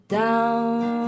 down